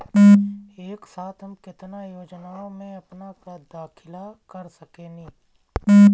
एक साथ हम केतना योजनाओ में अपना दाखिला कर सकेनी?